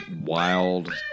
wild